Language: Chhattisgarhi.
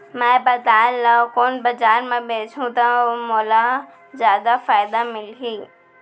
मैं पताल ल कोन बजार म बेचहुँ त मोला जादा फायदा मिलही?